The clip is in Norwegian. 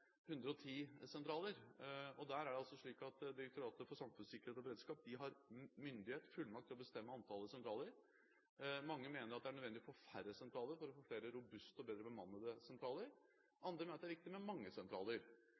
Der er det altså slik at Direktoratet for samfunnssikkerhet og beredskap har myndighet, fullmakt, til å bestemme antallet sentraler. Mange mener at det er nødvendig å få færre sentraler for å få flere robuste og bedre bemannede sentraler. Andre mener at det er viktig med mange sentraler.